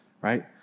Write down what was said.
right